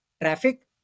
traffic